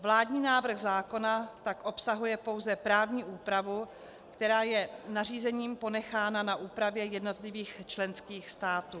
Vládní návrh zákona tak obsahuje pouze právní úpravu, která je nařízením ponechána na úpravě jednotlivých členských států.